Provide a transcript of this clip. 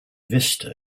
vista